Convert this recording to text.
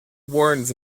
warns